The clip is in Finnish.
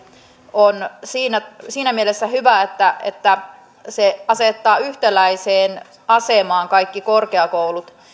on siinä siinä mielessä hyvä että että se asettaa yhtäläiseen asemaan kaikki korkeakoulut